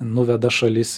nuveda šalis